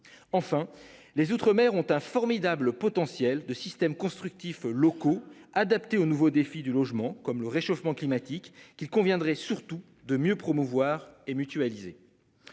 Enfin les outre-mer ont un formidable potentiel de systèmes constructifs locaux adaptés aux nouveaux défis du logement comme le réchauffement climatique qu'il conviendrait surtout de mieux promouvoir et mutualisée.